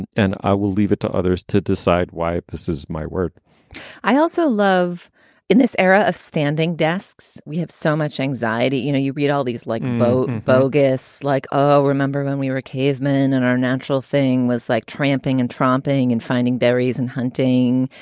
and and i will leave it to others to decide why this is my word i also love in this era of standing desks. we have so much anxiety. you know, you read all these like both bogus like, oh, remember when we were cavemen and our natural thing was like tramping and tromping and finding berries and hunting.